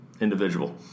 Individual